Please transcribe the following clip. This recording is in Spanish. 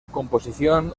composición